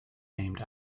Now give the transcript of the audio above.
named